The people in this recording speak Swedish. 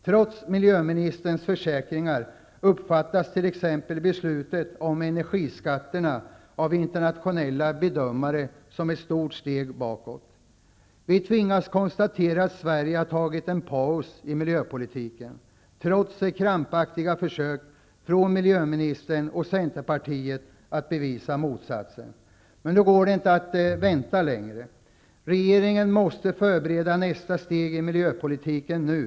Trots miljöministerns försäkringar uppfattas t.ex. beslutet om energiskatterna av internationella bedömare som ett stort steg bakåt. Trots krampaktiga försök från miljöministern och Centerpartiet att bevisa motsatsen, har vi tvingats konstatera att Sverige har tagit en paus när det gäller miljöpolitiken. Men nu går det inte att vänta längre. Regeringen måste förbereda nästa steg i miljöpolitiken nu.